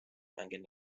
mängin